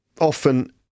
often